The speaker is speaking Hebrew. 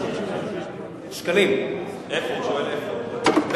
איפה משלמים 35 שקלים?